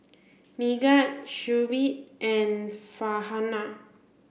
Megat Shuib and Farhanah